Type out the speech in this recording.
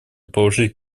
положить